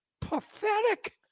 pathetic